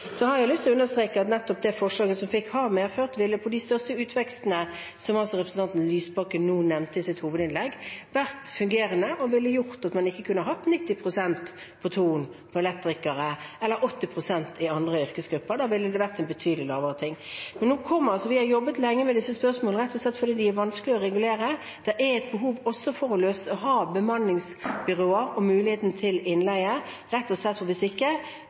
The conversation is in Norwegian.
Jeg har lyst til å understreke at nettopp det forslaget som fikk hard medfart, ville på de største utvekstene – som representanten Lysbakken nevnte i sitt hovedinnlegg – vært fungerende og ville gjort at man ikke kunne hatt 90 pst. innleie av elektrikere hos Thon eller 80 pst. i andre yrkesgrupper. Da ville det ha vært betydelig lavere. Vi har jobbet lenge med disse spørsmålene rett og slett fordi de er vanskelige å regulere. Det er et behov for å ha bemanningsbyråer og muligheten til innleie, hvis ikke vil rett og slett alle oppdragene bare gå til utlendinger og utenlandske selskaper. Det åpnes for